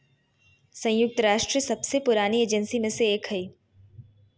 संयुक्त राष्ट्र सबसे पुरानी एजेंसी में से एक हइ